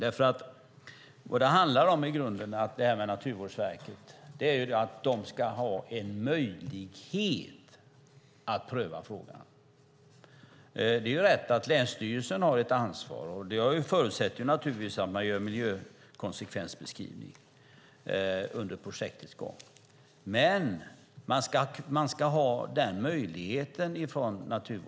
I grunden handlar det här med Naturvårdsverket om att de ska ha en möjlighet att pröva frågan. Det är rätt att länsstyrelsen har ett ansvar. Det förutsätter att man gör en miljökonsekvensbeskrivning under projektets gång, men Naturvårdsverket ska ha den möjligheten.